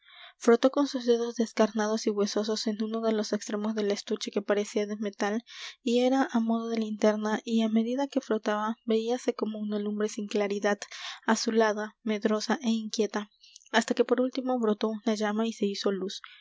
frotó con sus dedos descarnados y huesosos en uno de los extremos del estuche que parecía de metal y era á modo de linterna y á medida que frotaba veíase como una lumbre sin claridad azulada medrosa é inquieta hasta que por último brotó una llama y se hizo luz